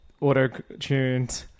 auto-tuned